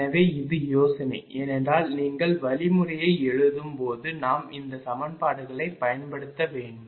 எனவே இது யோசனை ஏனென்றால் நீங்கள் வழிமுறையை எழுதும் போது நாம் இந்த சமன்பாடுகளைப் பயன்படுத்த வேண்டும்